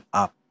up